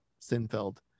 Sinfeld